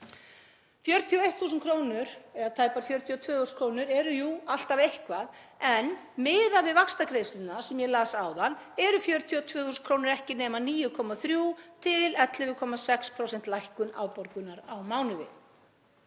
41.000 kr., eða tæpar 42.000 kr,. eru jú alltaf eitthvað en miðað við vaxtagreiðslurnar sem ég las áðan eru 42.000 kr. ekki nema 9,3–11,6% lækkun afborgunar á mánuði.